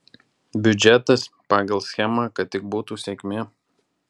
biudžetas pagal schemą kad tik būtų sėkmė